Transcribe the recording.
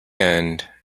end